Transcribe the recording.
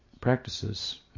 practices